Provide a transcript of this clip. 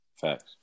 Facts